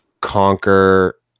conquer